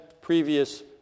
previous